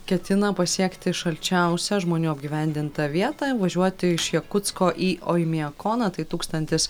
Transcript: ketina pasiekti šalčiausią žmonių apgyvendintą vietą važiuoti iš jakutsko į oimiakoną tai tūkstantis